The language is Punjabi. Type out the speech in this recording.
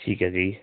ਠੀਕ ਹੈ ਜੀ